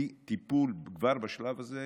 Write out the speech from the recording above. כי טיפול כבר בשלב הזה,